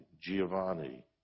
Giovanni